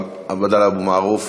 עבדאללה אבו מערוף,